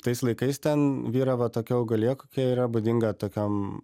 tais laikais ten vyravo tokia augalija kokia yra būdinga tokiom